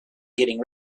getting